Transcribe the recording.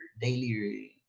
daily